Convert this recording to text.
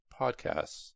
podcasts